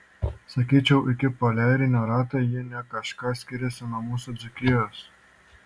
sakyčiau iki poliarinio rato ji ne kažką skiriasi nuo mūsų dzūkijos